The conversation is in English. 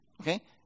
Okay